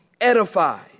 edified